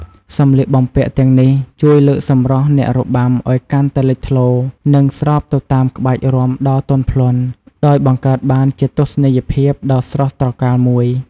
សម្លៀកបំពាក់ទាំងនេះជួយលើកសម្រស់អ្នករបាំឱ្យកាន់តែលេចធ្លោ និងស្របទៅតាមក្បាច់រាំដ៏ទន់ភ្លន់ ដោយបង្កើតបានជាទស្សនីយភាពដ៏ស្រស់ត្រកាលមួយ។